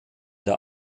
der